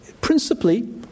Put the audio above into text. principally